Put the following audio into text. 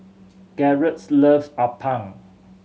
Garrett's loves appam